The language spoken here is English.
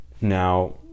Now